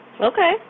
Okay